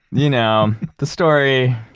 you know, the story?